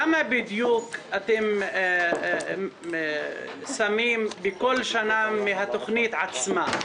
כמה בדיוק אתם שמים בכל שנה לתוכנית עצמה?